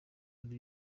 ari